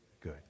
good